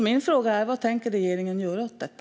Min fråga är vad regeringen tänker göra åt detta.